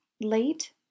late